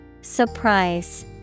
Surprise